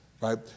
right